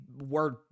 word